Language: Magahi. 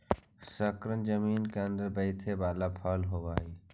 शकरकन जमीन केअंदर बईथे बला फल होब हई